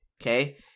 okay